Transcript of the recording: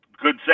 good